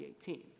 2018